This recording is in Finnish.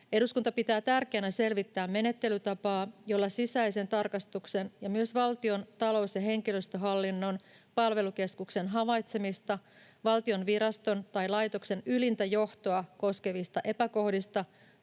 Eduskunta pitää tärkeänä selvittää menettelytapaa, jolla sisäisen tarkastuksen ja myös Valtion talous- ja henkilöstöhallinnon palvelukeskuksen havaitsemista, valtion viraston tai laitoksen ylintä johtoa koskevista epäkohdista